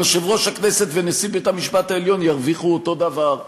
יושב-ראש הכנסת ונשיא בית-המשפט העליון ירוויחו אותו דבר,